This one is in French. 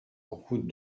route